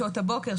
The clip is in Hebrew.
שעות הבוקר,